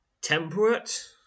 temperate